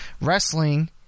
Wrestling